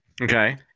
Okay